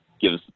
gives